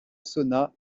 sonna